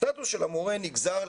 הסטטוס של המורה נגזר,